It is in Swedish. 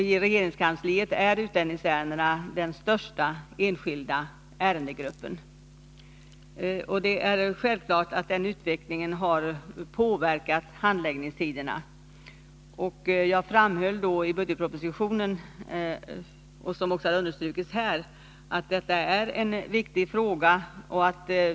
I regeringskansliet är utlänningsärendena den största enskilda ärendegruppen. Det är självklart att denna utveckling har påverkat handläggningstiderna. Jag framhöll i budgetpropositionen — och det har också understrukits här — att detta är en viktig fråga.